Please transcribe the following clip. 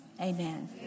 Amen